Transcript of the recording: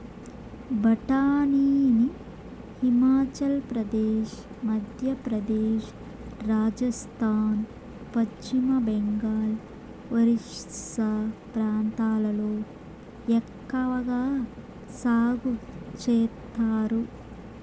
బఠానీని హిమాచల్ ప్రదేశ్, మధ్యప్రదేశ్, రాజస్థాన్, పశ్చిమ బెంగాల్, ఒరిస్సా ప్రాంతాలలో ఎక్కవగా సాగు చేత్తారు